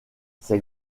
ses